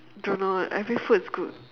don't know every food is good